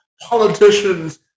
politicians